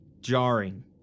jarring